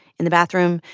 in the bathroom,